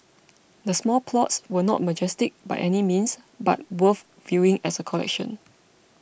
the small plots were not majestic by any means but worth viewing as a collection